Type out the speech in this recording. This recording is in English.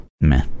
Meh